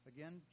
Again